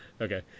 okay